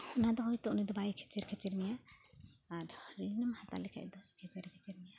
ᱚᱱᱟ ᱫᱚ ᱦᱳᱭᱛᱚ ᱩᱱᱤ ᱫᱚ ᱵᱟᱭ ᱠᱷᱮᱪᱮᱨ ᱠᱷᱮᱪᱮᱨ ᱢᱮᱭᱟ ᱟᱨ ᱨᱤᱱᱮᱢ ᱦᱟᱛᱟᱣ ᱞᱮᱠᱷᱟᱡ ᱫᱚ ᱠᱷᱮᱪᱮᱨ ᱠᱲᱷᱮᱪᱮᱨ ᱢᱮᱭᱟ